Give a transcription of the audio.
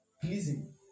pleasing